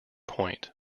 point